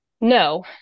No